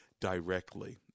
directly